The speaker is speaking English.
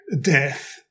death